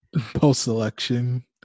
post-election